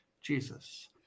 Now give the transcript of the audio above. Jesus